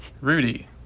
Rudy